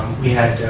we had